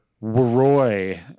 roy